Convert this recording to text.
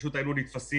פשוט היינו נתפסים